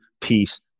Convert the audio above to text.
peace